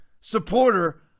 supporter